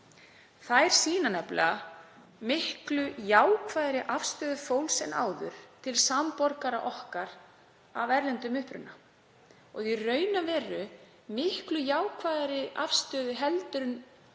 Þær sýna nefnilega miklu jákvæðari afstöðu fólks en áður til samborgara okkar af erlendum uppruna og í raun og veru miklu jákvæðari afstöðu en